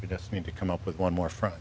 you just need to come up with one more fro